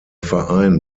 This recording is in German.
verein